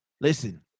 listen